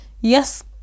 Yes